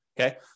Okay